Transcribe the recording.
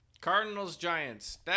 Cardinals-Giants